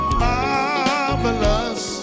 marvelous